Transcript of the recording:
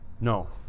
No